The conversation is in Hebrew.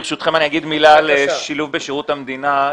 ברשותכם, אני אומר מילה לשילוב בשירות המדינה.